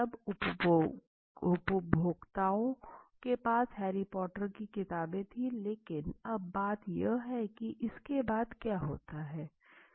सब उपभोक्ताओं के पास हैरी पॉटर की किताबें थीं लेकिन अब बात यह है कि इसके बाद क्या होता है